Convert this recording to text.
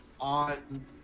on